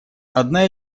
одна